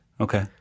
Okay